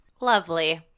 Lovely